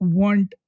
want